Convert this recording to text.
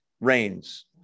rains